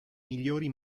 migliori